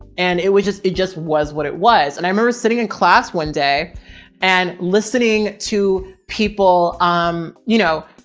and it was just, it just was what it was. and i remember sitting in class one day and listening to people, um, you know,